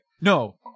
No